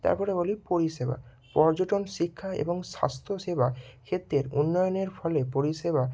তারপরে বলি পরিষেবা পর্যটন শিক্ষা এবং স্বাস্থ্যসেবা ক্ষেত্রের উন্নয়নের ফলে পরিষেবা